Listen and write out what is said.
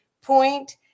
point